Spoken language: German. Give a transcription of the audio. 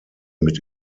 mit